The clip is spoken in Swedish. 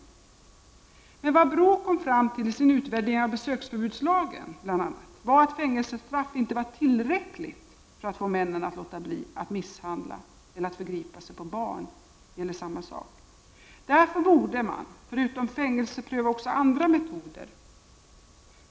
Det BRÅ kom fram till i sin utvärdering av besöksförbudslagen var bl.a. att fängelsestraff inte var tillräckligt för att få männen att låta bli att misshandla eller förgripa sig på barn. Man bör därför förutom fängelse pröva även andra metoder.